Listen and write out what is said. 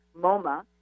MoMA